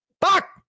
fuck